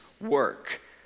work